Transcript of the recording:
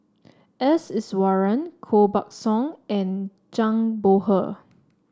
S Iswaran Koh Buck Song and Zhang Bohe